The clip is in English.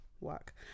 work